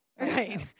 Right